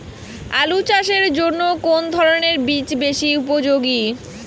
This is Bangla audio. আলু চাষের জন্য কোন ধরণের বীজ বেশি উপযোগী?